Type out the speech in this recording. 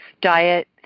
diet